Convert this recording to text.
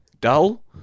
dull